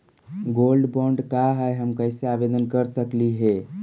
Gold bond का है, हम कैसे आवेदन कर सकली ही?